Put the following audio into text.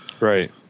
Right